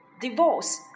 divorce